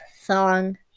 song